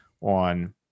on